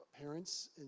parents